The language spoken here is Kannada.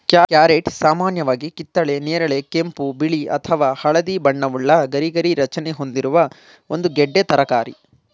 ಕ್ಯಾರಟ್ ಸಾಮಾನ್ಯವಾಗಿ ಕಿತ್ತಳೆ ನೇರಳೆ ಕೆಂಪು ಬಿಳಿ ಅಥವಾ ಹಳದಿ ಬಣ್ಣವುಳ್ಳ ಗರಿಗರಿ ರಚನೆ ಹೊಂದಿರುವ ಒಂದು ಗೆಡ್ಡೆ ತರಕಾರಿ